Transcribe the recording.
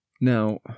Now